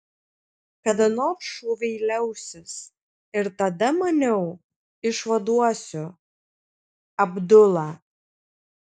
kada nors šūviai liausis ir tada maniau išvaduosiu abdulą